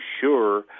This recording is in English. sure